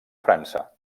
frança